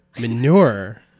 manure